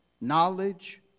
Knowledge